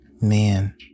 Man